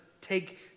take